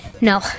No